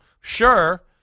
sure